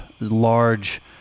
Large